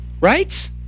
right